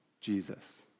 Jesus